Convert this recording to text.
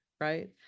right